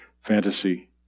fantasy